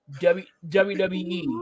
WWE